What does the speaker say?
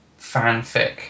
fanfic